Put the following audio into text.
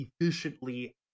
efficiently